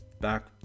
back